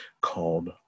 called